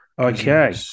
okay